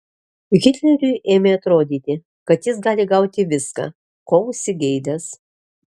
hitleriui ėmė atrodyti kad jis gali gauti viską ko užsigeidęs